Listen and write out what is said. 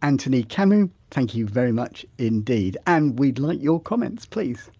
anthony camu thank you very much indeed and we'd like your comments please